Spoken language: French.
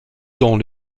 dans